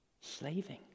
slaving